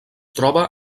troba